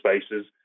spaces